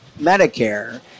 Medicare